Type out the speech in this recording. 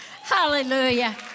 Hallelujah